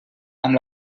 amb